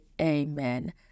amen